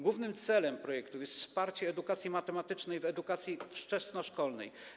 Głównym celem projektu jest wsparcie edukacji matematycznej w edukacji wczesnoszkolnej.